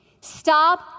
Stop